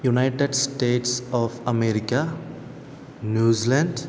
United States of America New Zealand